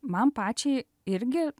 man pačiai irgi